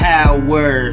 Power